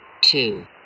two